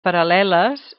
paral·leles